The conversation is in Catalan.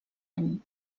any